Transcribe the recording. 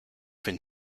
fin